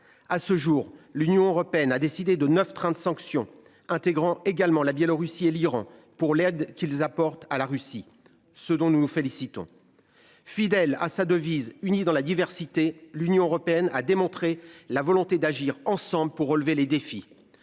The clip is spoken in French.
à ce jour, l'Union européenne a décidé de 9 trains de sanctions intégrant également la Biélorussie et l'Iran pour l'aide qu'ils apportent à la Russie. Ce dont nous nous félicitons. Fidèle à sa devise Unie dans la diversité, l'Union européenne a démontré la volonté d'agir ensemble pour relever les défis.